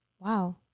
wow